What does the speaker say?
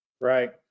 Right